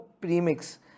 premix